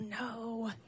no